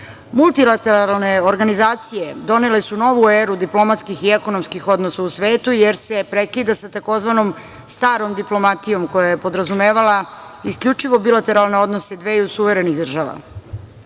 EU.Multilateralne organizacije donele su novu eru diplomatskih i ekonomskih odnosa u svetu, jer se prekida sa tzv. starom diplomatijom koja je podrazumevala isključivo bilateralne odnose dveju suverenih država. Ove